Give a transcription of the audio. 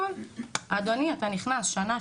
אדוני אתה נכנס שנה,